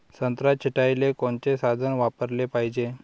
संत्रा छटाईले कोनचे साधन वापराले पाहिजे?